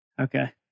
Okay